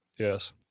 Yes